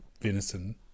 venison